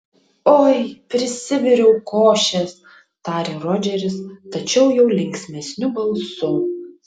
oi prisiviriau košės tarė rodžeris tačiau jau linksmesniu balsu